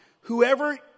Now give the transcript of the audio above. Whoever